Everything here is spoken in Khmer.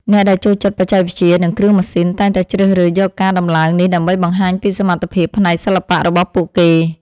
អ្នកដែលចូលចិត្តបច្ចេកវិទ្យា និងគ្រឿងម៉ាស៊ីនតែងតែជ្រើសរើសយកការដំឡើងនេះដើម្បីបង្ហាញពីសមត្ថភាពផ្នែកសិល្បៈរបស់ពួកគេ។